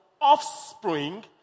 offspring